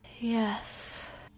Yes